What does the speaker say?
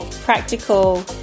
practical